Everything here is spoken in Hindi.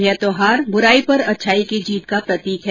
यह त्यौहार बुराई पर अच्छाई की जीत का प्रतीक है